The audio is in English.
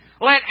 Let